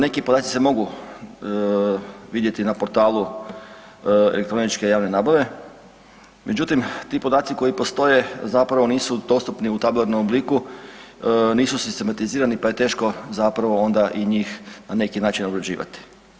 Neki podaci se mogu vidjeti na portalu elektroničke javne nabave, međutim ti podaci koji postoji nisu dostupni u tabularnom obliku, nisu sistematizirani pa je teško onda i njih na neki način obrađivati.